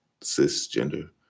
cisgender